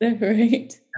right